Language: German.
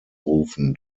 rufen